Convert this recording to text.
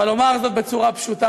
אבל אומר זאת בצורה פשוטה.